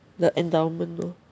the endowment lor